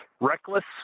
reckless